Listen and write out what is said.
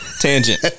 Tangent